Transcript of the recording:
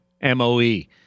M-O-E